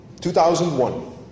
2001